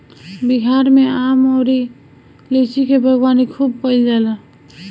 बिहार में आम अउरी लीची के बागवानी खूब कईल जाला